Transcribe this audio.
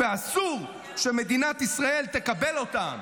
ואסור שמדינת ישראל תקבל אותם.